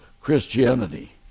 Christianity